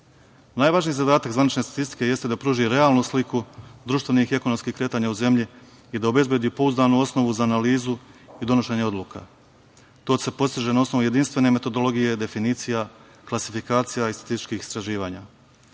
zadatak zvanične statistike jeste da pruži realnu sliku društvenih i ekonomskih kretanja u zemlji i da obezbedi pouzdanu osnovu za analizu i donošenje odluka. To se postiže na osnovu jedinstvene metodologije, definicija, klasifikacija i statističkih istraživanja. Razvoj